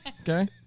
Okay